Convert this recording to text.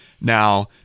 Now